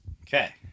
Okay